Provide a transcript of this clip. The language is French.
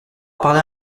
parler